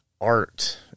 art